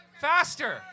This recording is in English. Faster